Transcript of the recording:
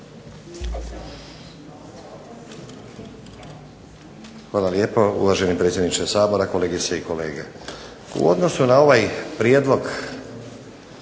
Hvala lijepo. Uvaženi predsjedniče Sabora, kolegice i kolege. U odnosu na ovaj prijedlog